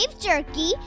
Jerky